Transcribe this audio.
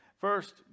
First